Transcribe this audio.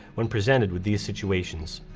when presented with these situations.